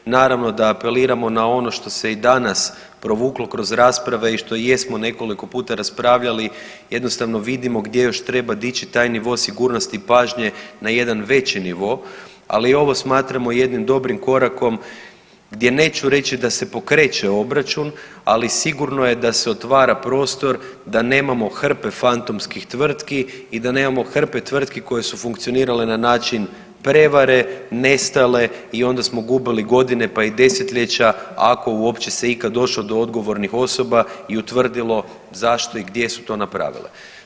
Naravno da apeliramo na ono što se i danas provuklo kroz rasprave i što jesmo nekoliko puta raspravljali, jednostavno vidimo gdje još treba dići taj nivo sigurnosti i pažnje na jedan veći nivo, ali ovo smatramo jednim dobrim korakom gdje neću reći da se pokreće obračun, ali sigurno je da se otvara prostor da nemamo hrpe fantomskih tvrtki i da nemamo hrpe tvrtki koje su funkcionirale na način prevare i nestale i onda smo gubili godine, pa i 10-ljeća ako uopće se ikad došlo do odgovornih osoba i utvrdilo zašto i gdje su to napravile.